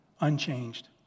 unchanged